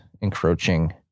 encroaching